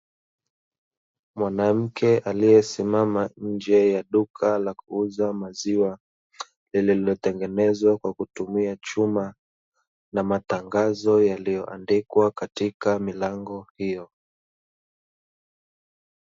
Mwanamke aliyesimama nje ya duka la kuuza maziwa, lililotengenezwa kwa kutumia chuma na matangazo yaliyoandikwa katika milango hiyo.